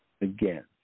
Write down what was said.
again